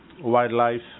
wildlife